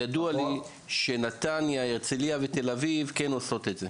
ידוע לי שנתניה, הרצליה ותל אביב כן עושות את זה.